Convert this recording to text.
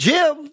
Jim